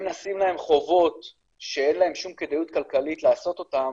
נשים להם חובות שאין להם שום כדאיות כלכלית לעשות אותם